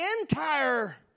entire